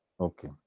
okay